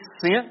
sent